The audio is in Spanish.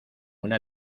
una